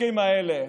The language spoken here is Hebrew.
החוקים האלה,